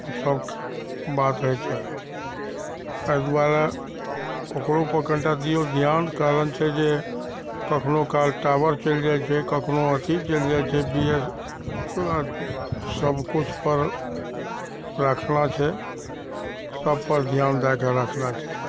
सबके बात होइ छै एहि दुआरे ओकरोपर कनिटा दिऔ धिआन कारण छै जे कखनो काल टावर चलि जाइ छै कखनो अथी चलि जाइ छै बी एस सबकिछुपर राखना छै सबपर धिआन दैके राखना छै